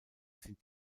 sind